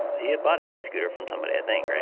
he had bought a used scooter from somebody, i think.